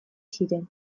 ziren